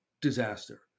disaster